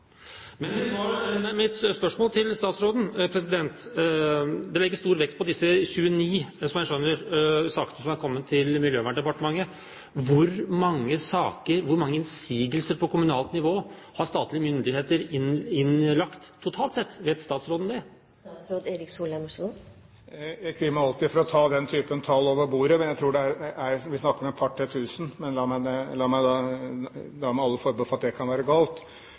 Men så til mitt spørsmål til statsråden. Det legges stor vekt på disse 29 – som jeg skjønner – sakene som er kommet til Miljøverndepartementet. Hvor mange innsigelser på kommunalt nivå har statlige myndigheter lagt inn totalt sett – vet statsråden det? Jeg kvier meg alltid for å ta den typen tall over bordet, men jeg tror vi snakker om 2 000–3 000, da med alle forbehold om at det kan være galt. Det er riktig at jeg sammenlignet Børge Brende med Harald Hårfagre. Men det